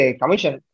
commission